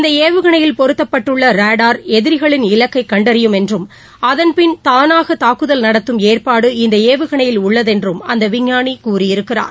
இந்தஏவுகணையில் பொருத்தப்பட்டுள்ளராடாா் எதிரிகளின் இலக்கைகண்டறியும் என்றும் அதன் பின் தானாகதாக்குதல் நடத்தும் ஏற்பாடு இந்தஏவுகணையில் உள்ளதென்றும் அந்தவிஞ்ஞானிகூறியிருக்கிறார்